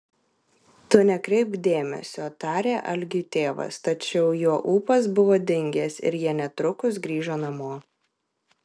tu nekreipk dėmesio tarė algiui tėvas tačiau jo ūpas buvo dingęs ir jie netrukus grįžo namo